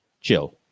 chill